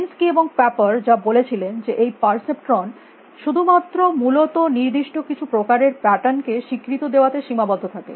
Minsky এবং Papert যা বলেছিলেন যে এই পারসেপট্রন শুধুমাত্র মূলত নির্দিষ্ট কিছু প্রকারের প্যাটার্ন কে স্বীকৃতি দেওয়াতে সীমাবদ্ধ থাকে